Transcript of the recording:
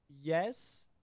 yes